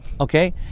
Okay